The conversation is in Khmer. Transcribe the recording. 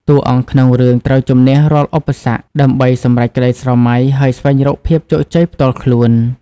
តួអង្គក្នុងរឿងត្រូវជម្នះរាល់ឧបសគ្គដើម្បីសម្រេចក្ដីស្រមៃ ហើយស្វែងរកភាពជោគជ័យផ្ទាល់ខ្លួន។